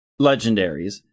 legendaries